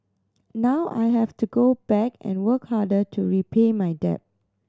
now I have to go back and work harder to repay my debt